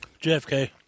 JFK